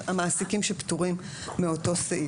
המעסיקים שפטורים מאותו סעיף.